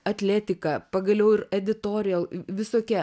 atletika pagaliau ir editorial visokia